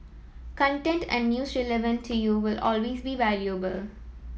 content and news relevant to you will always be valuable